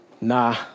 Nah